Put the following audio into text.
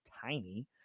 tiny